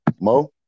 Mo